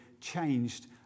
changed